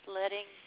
letting